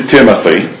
Timothy